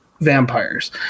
vampires